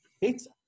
pizza